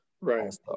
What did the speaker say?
right